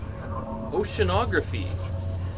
Oceanography